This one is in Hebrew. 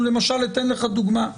אני למשל אתן לך דוגמה,